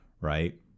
right